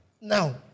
now